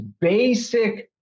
basic